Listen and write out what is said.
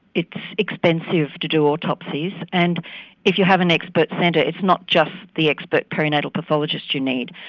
it's expensive to do autopsies and if you have an expert centre it's not just the expert perinatal pathologist you need,